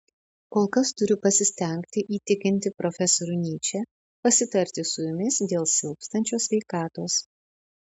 kol kas turiu pasistengti įtikinti profesorių nyčę pasitarti su jumis dėl silpstančios sveikatos